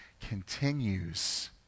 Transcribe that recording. continues